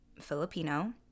Filipino